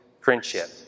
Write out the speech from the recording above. friendship